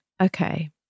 Okay